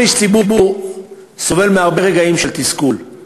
כל איש ציבור סובל מהרבה רגעים של תסכול,